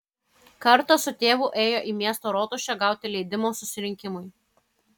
kartą su tėvu ėjo į miesto rotušę gauti leidimo susirinkimui